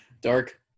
dark